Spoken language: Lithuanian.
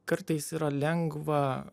kartais yra lengva